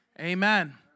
Amen